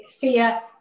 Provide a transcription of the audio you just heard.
fear